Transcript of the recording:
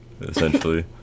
essentially